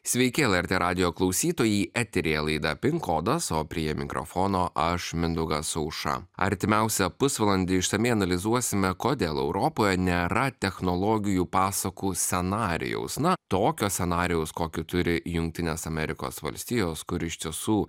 sveiki lrt radijo klausytojai eteryje laida pin kodas o prie mikrofono aš mindaugas auša artimiausią pusvalandį išsamiai analizuosime kodėl europoje nėra technologijų pasakų scenarijaus na tokio scenarijaus kokį turi jungtinės amerikos valstijos kur iš tiesų